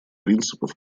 принципов